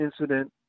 incident